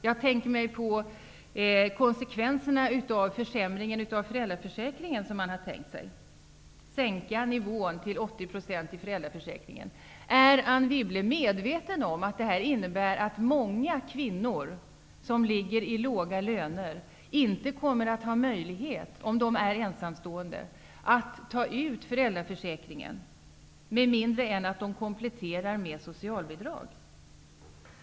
Jag tänker på konsekvenserna av den försämring av föräldraförsäkringen som är påtänkt: en sänkning av nivån till 80 %. Är Anne Wibble medveten om att detta innebär att många kvinnor med låga löner inte kommer att ha möjlighet, om de är ensamstående, att ta ut föräldraförsäkringen med mindre de kompletterar med socialbidrag.